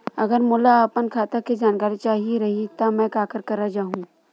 अगर मोला अपन खाता के जानकारी चाही रहि त मैं काखर करा जाहु?